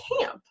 camp